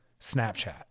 Snapchat